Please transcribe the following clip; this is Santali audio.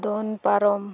ᱫᱚᱱ ᱯᱟᱨᱚᱢ